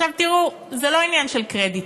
עכשיו, תראו, זה לא עניין של קרדיטים,